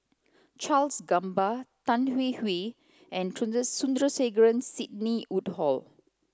Charles Gamba Tan Hwee Hwee and Sandrasegaran Sidney Woodhull